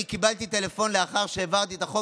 אני קיבלתי טלפון לאחר שהעברתי את החוק